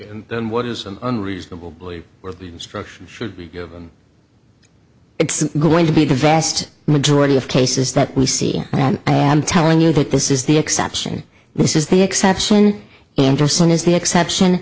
and what is an unreasonable belief where the instruction should be given it's going to be the vast majority of cases that we see and i am telling you that this is the exception this is the exception anderson is the exception